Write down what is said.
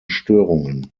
störungen